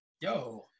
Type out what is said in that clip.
yo